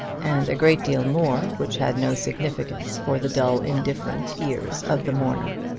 and a great deal more, which had no significance for the dull indifferent ears of the mourner.